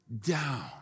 down